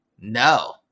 no